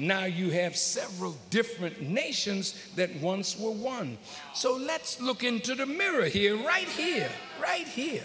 now you have several different nations that once were one so let's look into the mirror here right here right here